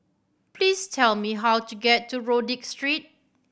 please tell me how to get to Rodyk Street